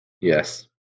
Yes